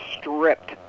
stripped